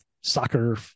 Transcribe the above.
soccer